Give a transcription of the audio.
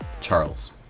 Charles